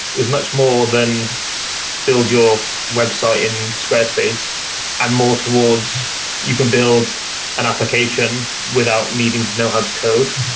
it was much more than build your website in squarespace and more towards you can build an application without needing to know how to code.